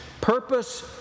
purpose